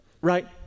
right